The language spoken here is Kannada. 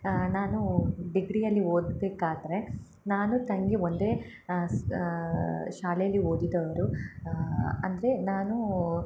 ನಾನು ಡಿಗ್ರಿಯಲ್ಲಿ ಓದ್ಬೇಕಾದರೆ ನಾನು ತಂಗಿ ಒಂದೇ ಸ್ ಶಾಲೇಲಿ ಓದಿದವರು ಅಂದರೆ ನಾನೂ